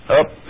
up